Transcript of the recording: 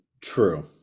true